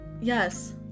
Yes